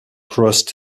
crossed